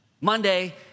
Monday